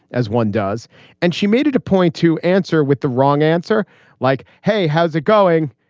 as one does and she made it a point to answer with the wrong answer like hey how's it going.